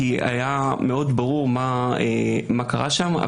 כי היה מאוד ברור מה קרה שם.